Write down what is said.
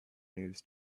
news